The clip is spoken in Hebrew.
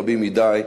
רבים מדי,